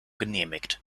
genehmigt